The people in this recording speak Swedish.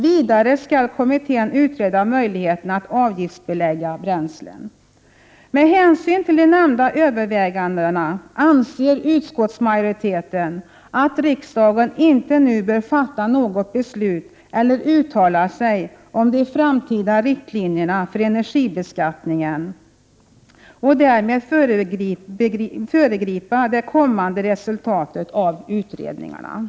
Vidare skall kommittén utreda möjligheten att avgiftsbelägga bränslet. Med hänsyn till de nämnda övervägandena anser utskottsmajoriteten att riksdagen inte nu bör fatta något beslut eller uttala sig om de framtida riktlinjerna för energibeskattningen och därmed föregripa det kommande resultatet av utredningarna. Prot.